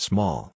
Small